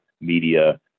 media